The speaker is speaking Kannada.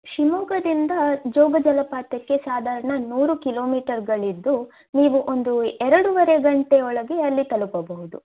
ಶಿವಮೊಗ್ಗದಿಂದ ಜೋಗ ಜಲಪಾತಕ್ಕೆ ಸಾಧಾರಣ ನೂರು ಕಿಲೋಮೀಟರ್ಗಳಿದ್ದು ನೀವು ಒಂದು ಎರಡುವರೆ ಗಂಟೆಯೊಳಗೆ ಅಲ್ಲಿ ತಲುಪಬಹುದು